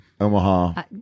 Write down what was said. Omaha